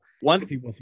One